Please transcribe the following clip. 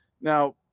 now